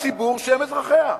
לציבור שהם אזרחיה.